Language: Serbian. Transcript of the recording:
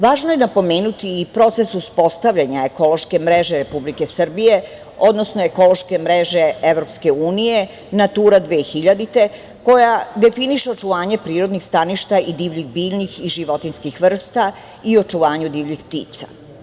Važno je napomenuti i proces uspostavljanja ekološke mreže Republike Srbije, odnosno ekološke mreže Evropske Unije – „Natura 2000“, koja definiše očuvanje prirodnih staništa i divljih biljnih i životinjskih vrsta i očuvanju divljih ptica.